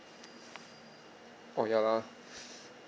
oh ya lah